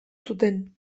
zuten